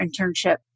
internship